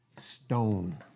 Stone